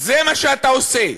זה מה שאתה עושה.